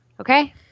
Okay